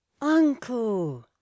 Uncle